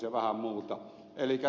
minä olen ed